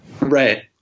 Right